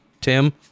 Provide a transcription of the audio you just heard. Tim